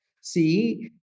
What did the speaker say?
see